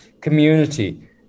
community